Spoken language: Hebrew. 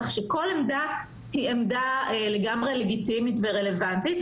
כך שכל עמדה היא עמדה לגמרי לגיטימית ורלוונטית.